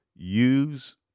use